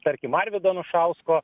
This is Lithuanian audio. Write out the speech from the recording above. tarkim arvydo anušausko